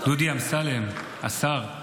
דודי אמסלם, השר,